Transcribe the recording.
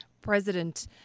president